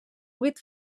vuit